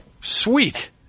sweet